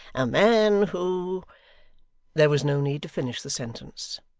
a man who there was no need to finish the sentence,